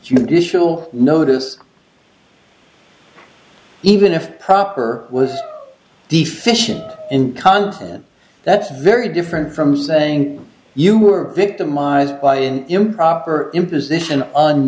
judicial notice even if proper was deficient and constant that's very different from saying you were victimized by an improper imposition on